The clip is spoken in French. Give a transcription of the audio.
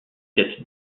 quête